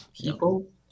people